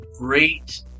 great